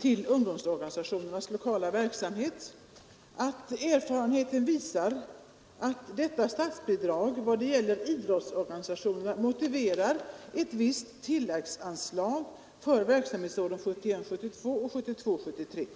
till ungdomsorganisationernas lokala verksamhet att erfarenheten visar att detta statsbidrag i vad det gäller idrottsorganisationerna motiverar ett visst tilläggsbidrag för verksamhetsåren 1971 73.